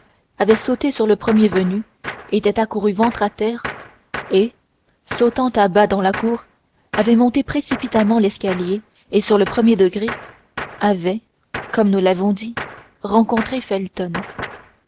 avait sauté sur le premier venu était accouru ventre à terre et sautant à bas dans la cour avait monté précipitamment l'escalier et sur le premier degré avait comme nous l'avons dit rencontré felton